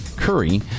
Curry